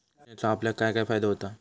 योजनेचो आपल्याक काय काय फायदो होता?